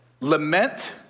Lament